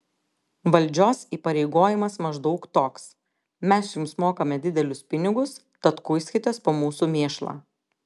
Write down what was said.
valdžios įpareigojimas maždaug toks mes jums mokame didelius pinigus tad kuiskitės po mūsų mėšlą